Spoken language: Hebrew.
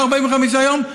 לא 45 יום,